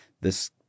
this-